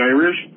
Irish